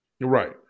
Right